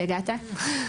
שהגעת.